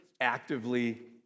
actively